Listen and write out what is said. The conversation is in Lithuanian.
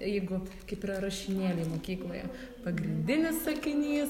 jeigu kaip yra rašinėliai mokykloje pagrindinis sakinys